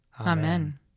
Amen